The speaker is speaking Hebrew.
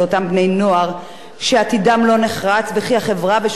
וכי החברה ושוק העבודה לא יטילו בהם אות קין נצחי,